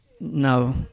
No